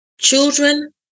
Children